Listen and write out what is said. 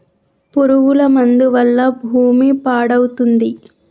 పురుగుల మందు వల్ల భూమి పాడవుతుంది